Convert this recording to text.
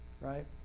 right